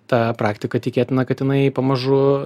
ta praktika tikėtina kad jinai pamažu